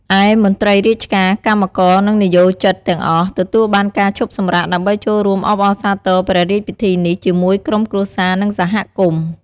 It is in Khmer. ឯ មន្ត្រីរាជការ កម្មករ និងនិយោជិតទាំងអស់ទទួលបានការឈប់សម្រាកដើម្បីចូលរួមអបអរសាទរព្រះរាជពិធីនេះជាមួយក្រុមគ្រួសារ និងសហគមន៍។